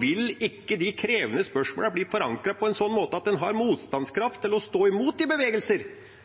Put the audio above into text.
vil ikke de krevende spørsmålene bli forankret på en sånn måte at en har motstandskraft til å stå imot de bevegelser